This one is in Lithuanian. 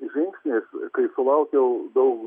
žingsnis kai sulaukiau daug